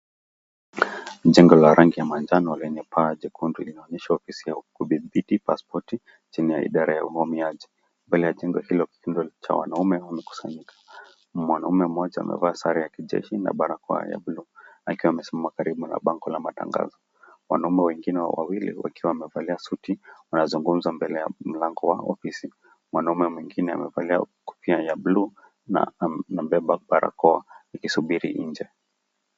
Jengo la rangi ya manjano lina paa jekundu linaonyesha ofisi ya kudhibitisha paspoti chini ya idara ya uhamiaji. Mbele ya jengo hilo kundi la wanaume wamekusanyika. Mwanaume mmoja amevaa sare ya kijeshi na barakoa ya blue akiwa amesimama karibu na bango la matangazo. Wanaume wengine wawili wakiwa wamevalia suti wanazungumza mbele ya mlango wa ofisi. Mwanaume mwingine amevalia kofia ya blue na anabeba barakoa akisubiri nje.